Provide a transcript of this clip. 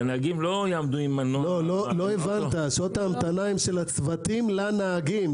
שעות ההמתנה הם של הצוותים לנהגים.